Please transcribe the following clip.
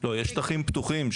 לא, יש שטחים פתוחים.